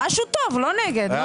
משהו טוב, לא נגד.